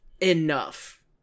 enough